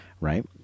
right